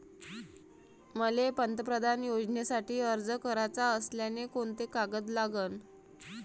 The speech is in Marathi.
मले पंतप्रधान योजनेसाठी अर्ज कराचा असल्याने कोंते कागद लागन?